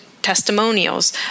testimonials